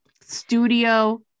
studio